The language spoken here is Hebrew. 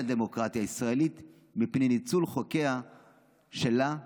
הדמוקרטיה הישראלית מפני ניצול חוקיה שלה לרעה".